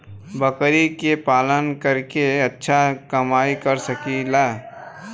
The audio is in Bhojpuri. बकरी के पालन करके अच्छा कमाई कर सकीं ला?